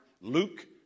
Luke